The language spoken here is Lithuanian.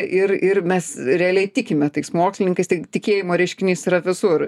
ir ir mes realiai tikime tais mokslininkais tai tikėjimo reiškinys yra visur